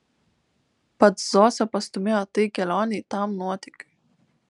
pats zosę pastūmėjo tai kelionei tam nuotykiui